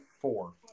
four